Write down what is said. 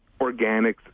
organics